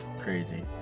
crazy